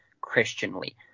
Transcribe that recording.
Christianly